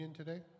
today